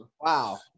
Wow